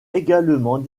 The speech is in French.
également